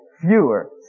fewer